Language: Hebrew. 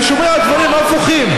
אני שומע דברים הפוכים.